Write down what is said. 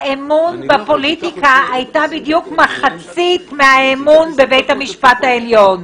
האמון בפוליטיקה היה בדיוק מחצית מהאמון בבית המשפט העליון.